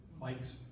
Mike's